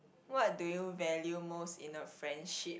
what do you value most in a friendship